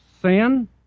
sin